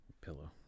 Pillow